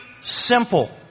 Simple